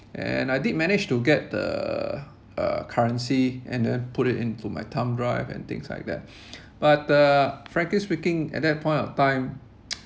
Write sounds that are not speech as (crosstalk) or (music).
and I did manage to get the uh currency and then put it into my thumb drive and things like that but uh frankly speaking at that point of time (noise)